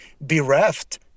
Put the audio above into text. bereft